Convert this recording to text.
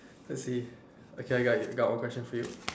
let's see okay I got I got one question for you